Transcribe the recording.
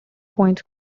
points